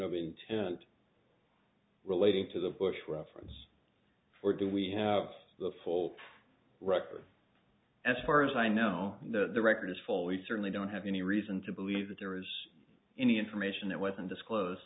of intent relating to the bush reference or do we have the full record as far as i know the record is full we certainly don't have any reason to believe that there was any information that wasn't disclose